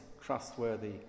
trustworthy